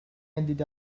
ended